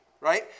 right